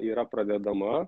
yra pradedama